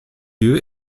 lieu